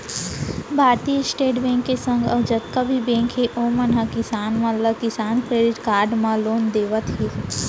भारतीय state bank के संग अउ जतका भी बेंक हे ओमन ह किसान मन ला किसान क्रेडिट कारड म लोन देवत हें